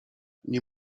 nie